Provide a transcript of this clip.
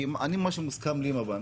לפי מה שמוסכם עם הבנק,